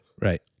right